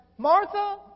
Martha